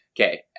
okay